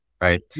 right